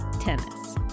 tennis